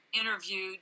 interviewed